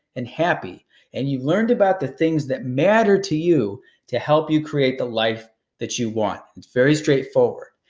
and happy and you learned about the things that matter to you to help you create the life that you want. it's very straight-forward.